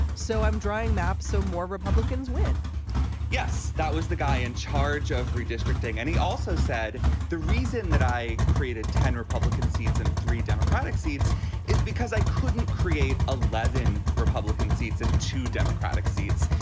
so i'm drawing maps so more republicans win yes. that was the guy in charge of redistricting and he also said the reason that i created ten republican seats and three democratic seats is because i couldn't create eleven republican seats and two democratic seats.